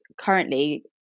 currently